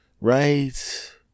Right